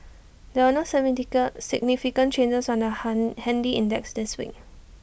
there were no significant changes on the han handy index this week